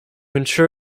ensure